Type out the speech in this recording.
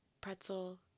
pretzel